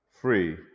free